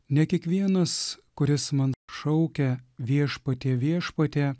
ne kiekvienas kuris man šaukia viešpatie viešpatie